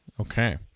Okay